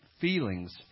feelings